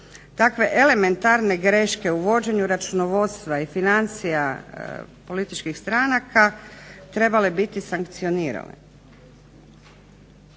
takve elementarne greške u vođenju računovodstva i financija političkih stranaka trebale biti sankcionirane.